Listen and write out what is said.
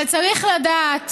אבל צריך לדעת